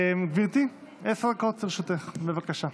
גברתי, עשר דקות לרשותך, בבקשה.